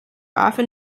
often